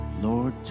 Lord